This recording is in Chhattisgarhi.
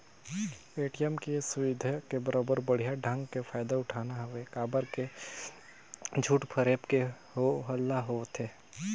ए.टी.एम के ये सुबिधा के बरोबर बड़िहा ढंग के फायदा उठाना हवे काबर की झूठ फरेब के हो हल्ला होवथे